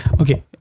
Okay